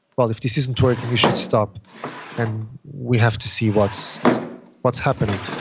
well, if this isn't working, you should stop and we have to see what's what's happening.